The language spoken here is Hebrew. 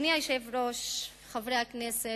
אדוני היושב-ראש, חברי הכנסת,